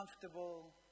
comfortable